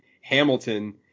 Hamilton